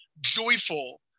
joyful